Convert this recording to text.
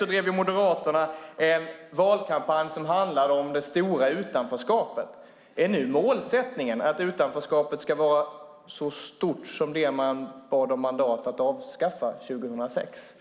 Då drev Moderaterna en valkampanj som handlade om det stora utanförskapet. Är nu målsättningen att utanförskapet ska vara så stort som det man bad om mandat att avskaffa 2006?